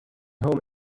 home